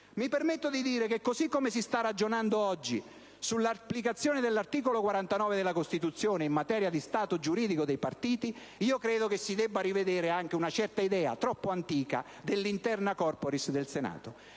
Mi permetto di dire che, così come si sta ragionando oggi sull'applicazione dell'articolo 49 della Costituzione in materia di stato giuridico dei partiti, si debba parimenti rivedere una certa idea, troppo antica, degli *interna corporis* del Senato.